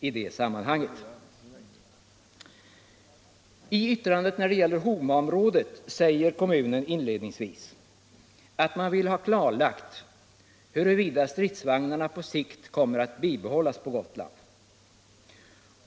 I sitt yttrande beträffande Homaområdet säger kommunen inledningsvis att man vill ha klarlagt huruvida stridsvagnarna på sikt kommer att bibehållas på Gotland.